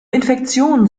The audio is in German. infektionen